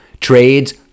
trades